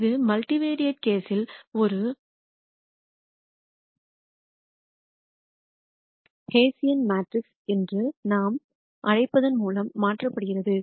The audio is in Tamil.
இது மல்டிவெரைட் கேஸ்யில் ஒரு ஹெஸியன் மேட்ரிக்ஸ் என்று நாம் அழைப்பதன் மூலம் மாற்றப்படுகிறது